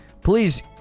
please